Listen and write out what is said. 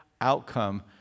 outcome